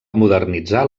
modernitzar